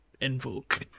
Invoke